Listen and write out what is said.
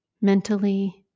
mentally